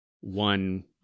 one